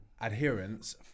adherence